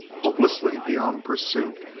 hopelessly beyond pursuit,